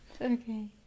Okay